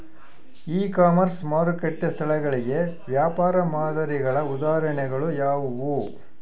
E commerce ಮಾರುಕಟ್ಟೆ ಸ್ಥಳಗಳಿಗೆ ವ್ಯಾಪಾರ ಮಾದರಿಗಳ ಉದಾಹರಣೆಗಳು ಯಾವುವು?